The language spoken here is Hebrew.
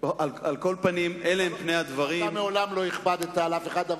אתה מעולם לא הכבדת על אף אחד,